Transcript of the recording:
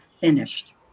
finished